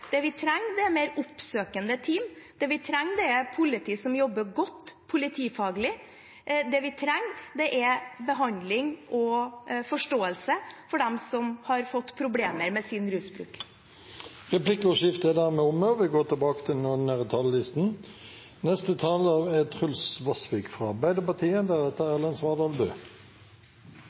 Det vi trenger, er mer oppsøkende team. Det vi trenger, er et politi som jobber godt politifaglig. Det vi trenger, er behandling og forståelse for dem som har fått problemer med sin rusbruk. Replikkordskiftet er dermed omme. De talere som heretter får ordet, har også en taletid på inntil 3 minutter. Ordet «reform» kommer fra